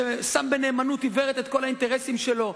ששם בנאמנות עיוורת את כל האינטרסים שלו.